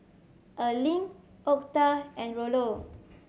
Erling Octa and Rollo